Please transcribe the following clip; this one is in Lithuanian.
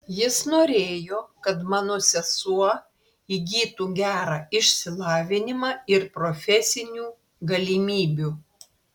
jis norėjo kad mano sesuo įgytų gerą išsilavinimą ir profesinių galimybių